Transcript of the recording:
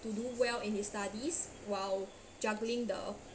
to do well in his studies while juggling the